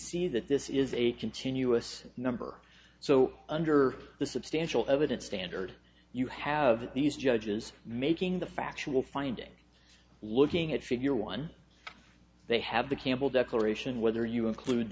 see that this is a continuous number so under the substantial evidence standard you have these judges making the factual finding looking at figure one they have the campbell declaration whether you include